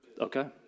Okay